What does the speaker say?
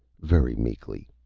very meekly,